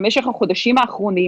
זו מערכת שבמשך החודשים האחרונים,